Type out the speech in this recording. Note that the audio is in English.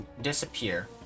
disappear